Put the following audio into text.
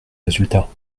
résultats